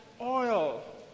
oil